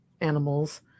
animals